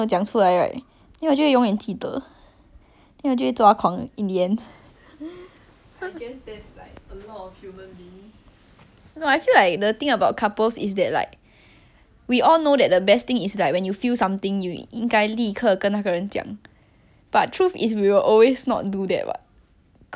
no I feel like the thing about couples is that like we all know that the best thing is like when you feel something you 应该立刻跟那个人讲 but truth is we will always not do that [what] cause like you will feel like oh am I thinking too much is it like it will show that I'm not very nice but then like 你不讲 then in the end 就会更生气